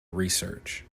research